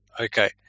Okay